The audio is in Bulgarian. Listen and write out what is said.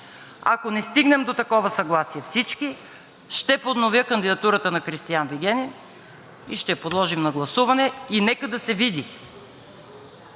не стигнем до такова съгласие, ще подновя кандидатурата на Кристиан Вигенин и ще я подложим на гласуване. И нека да се види,